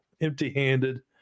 empty-handed